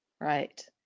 Right